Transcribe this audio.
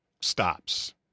stops